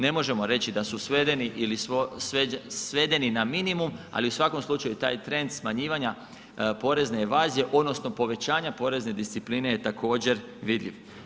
Ne možemo reći da su svedeni ili svedeni na minimum ali u svakom slučaju taj trend smanjivanja porezne evazije odnosno povećanja porezne discipline je također vidljiv.